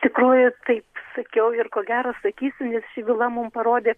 tikrųjų taip sakiau ir ko gero sakysiu ši byla mums parodė